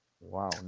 wow